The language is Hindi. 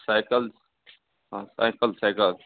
साइकल हाँ साइकल साइकल